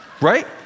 Right